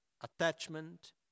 attachment